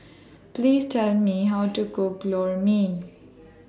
Please Tell Me How to Cook Lor Mee